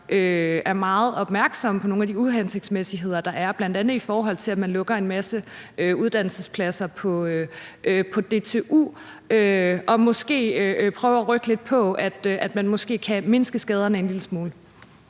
er meget opmærksom på nogle af de uhensigtsmæssigheder, der er, bl.a. i forhold til at man lukker en masse uddannelsespladser på DTU, og måske vil prøve at rykke lidt på, at man måske kan mindske skaderne en lille smule.